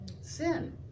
sin